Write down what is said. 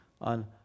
on